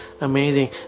amazing